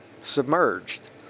submerged